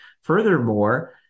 Furthermore